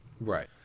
Right